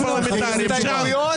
קורא להסתייגויות